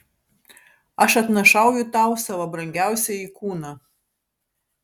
aš atnašauju tau savo brangiausiąjį kūną